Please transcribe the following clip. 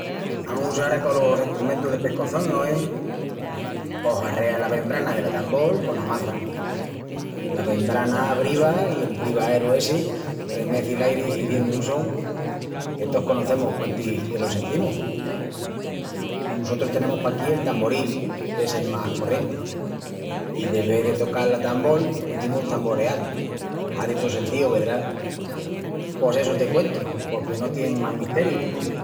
Amus ara colos estrumentus de pescoçón, no es? Pos harreas la bembrana del atambol cona maça. La bembrana briva i el brivaeru essi remeci l'airi hiziendu un son que tos conocemus quantis que lo sentimus. Nusotrus tenemus paquí el tamboril, qu'es el más corrienti. I de ves de tocal l'atambol izimus tamboreal. Hazi tol sentíu, vedrás? Pos essu te cuentu porque no tien más misteriu.